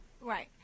Right